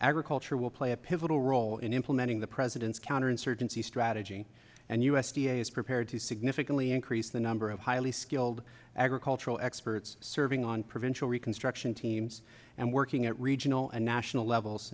agriculture will play a pivotal role in implementing the president's counterinsurgency strategy and u s d a is prepared to significantly increase the number of highly skilled agricultural experts serving on provincial reconstruction teams and working at regional and national level